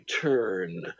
turn